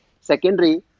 secondary